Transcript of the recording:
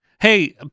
Hey